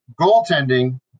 Goaltending